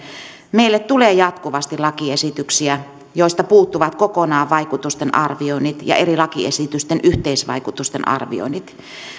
meille tulee jatkuvasti lakiesityksiä joista puuttuvat kokonaan vaikutusten arvioinnit ja eri lakiesitysten yhteisvaikutusten arvioinnit